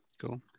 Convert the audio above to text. cool